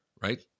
right